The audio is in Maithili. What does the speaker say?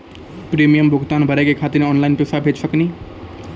प्रीमियम भुगतान भरे के खातिर ऑनलाइन पैसा भेज सकनी?